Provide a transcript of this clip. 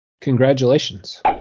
congratulations